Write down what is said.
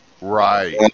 Right